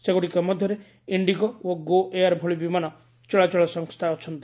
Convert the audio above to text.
ସେଗୁଡ଼ିକ ମଧ୍ୟରେ ଇଣ୍ଡିଗୋ ଓ ଗୋ ଏୟାର ଭଳି ବିମାନ ଚଳାଚଳ ସଂସ୍ଥା ରହିଛନ୍ତି